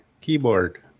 keyboard